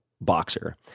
boxer